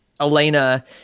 elena